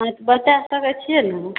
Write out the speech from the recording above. बच्चा सब छियै ने